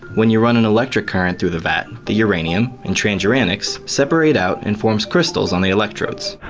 when you run an electric current through the vat, the uranium and transuranics separate out and form crystals on the electrodes.